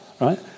right